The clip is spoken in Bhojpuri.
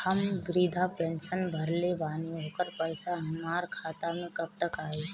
हम विर्धा पैंसैन भरले बानी ओकर पईसा हमार खाता मे कब तक आई?